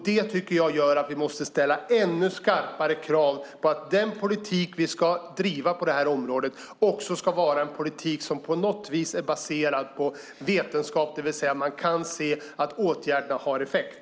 Det gör att vi måste ställa ännu starkare krav på att den politik vi driver på detta område också ska vara en politik som på något vis är baserad på vetenskap, det vill säga att man kan se att åtgärderna har effekt.